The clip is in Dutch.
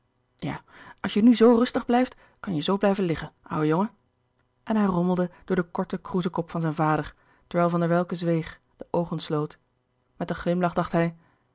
ja als je nu zoo rustig blijft kan je zoo blijven liggen ouwe jongen en hij rommelde door den korten kroezekop louis couperus de boeken der kleine zielen van zijn vader terwijl van der welcke zweeg de oogen sloot met een glimlach dacht hij